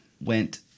went